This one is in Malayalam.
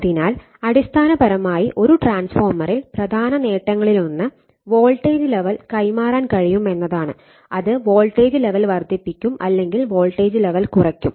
അതിനാൽ അടിസ്ഥാനപരമായി ഒരു ട്രാൻസ്ഫോർമറിൽ പ്രധാന നേട്ടങ്ങളിലൊന്ന് വോൾട്ടേജ് ലെവൽ കൈമാറാൻ കഴിയും എന്നതാണ് അത് വോൾട്ടേജ് ലെവൽ വർദ്ധിപ്പിക്കും അല്ലെങ്കിൽ വോൾട്ടേജ് ലെവൽ കുറയ്ക്കും